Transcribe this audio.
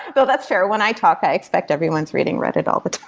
well that's fair. when i talk, i expect everyone's reading reddit all the